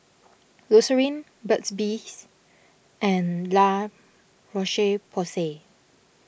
Eucerin Burt's Bees and La Roche Porsay